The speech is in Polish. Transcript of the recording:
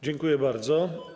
Dziękuję bardzo.